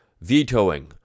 vetoing